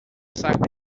saco